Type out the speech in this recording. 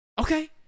Okay